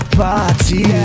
party